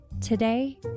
today